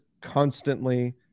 constantly